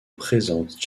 présente